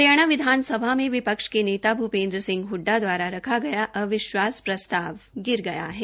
हरियाणा विधानसभा में विपक्ष के नेता भूपेन्द्र सिंह हडडा द्वारा रखा गया अविश्वास प्रस्ताव गिर गया है